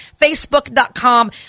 Facebook.com